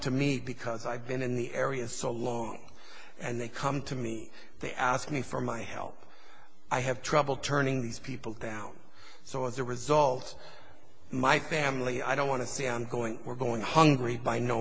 to me because i've been in the area so long and they come to me they ask me for my help i have trouble turning these people down so as a result my family i don't want to say i'm going we're going hungry by no